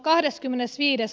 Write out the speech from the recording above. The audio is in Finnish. maaliskuuta